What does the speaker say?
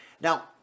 Now